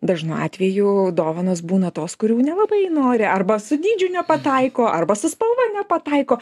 dažnu atveju dovanos būna tos kurių nelabai nori arba su dydžiu nepataiko arba su spalva nepataiko